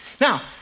Now